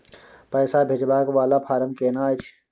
पैसा भेजबाक वाला फारम केना छिए?